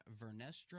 Vernestra